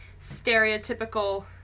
stereotypical